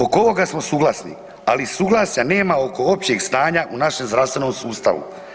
Oko ovoga smo suglasni, ali suglasja nema oko općeg stanja u našem zdravstvenom sustavu.